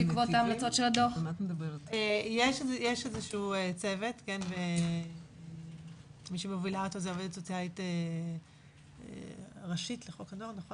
יש איזשהו צוות ומי שמובילה אותו זאת עובדת סוציאלית ראשית לחוק הנוער.